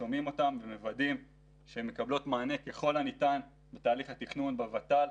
שומעים אותם ומוודאים שהן מקבלות מענה ככל הניתן בתהליך התכנון בוות"ל.